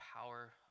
power